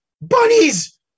Bunnies